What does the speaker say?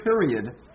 period